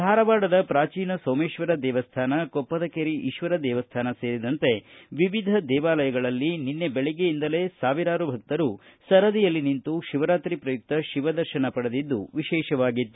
ಧಾರವಾಡದ ಪ್ರಾಚೀನ ಸೋಮೇತ್ವರ ದೇಮ್ಯಾನ ಕೊಪ್ಪದಕೇರಿ ಈಶ್ವರ ದೇವಸ್ಥಾನ ಸೇರಿದಂತೆ ವಿವಿಧ ದೇವಾಲಯಗಳಲ್ಲಿ ಬೆಳಗ್ಗೆಯಿಂದಲೇ ಸಾವಿರಾರು ಭಕ್ತರು ಸರದಿಯಲ್ಲಿ ನಿಂತು ಶಿವರಾತ್ರಿ ಪ್ರಯುಕ್ತ ಶಿವದರ್ಶನ ಪಡೆದಿದ್ದು ವಿಶೇಷವಾಗಿತ್ತು